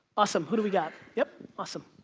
awesome, who do we got? yep. awesome.